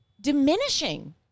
diminishing